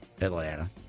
Atlanta